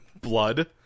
blood